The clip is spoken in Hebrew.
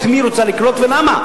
את מי היא רוצה לקלוט ולמה.